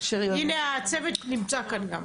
הנה הצוות נמצא כאן גם,